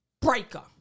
breaker